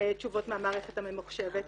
תשובות מהמערכת הממוחשבת,